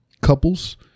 couples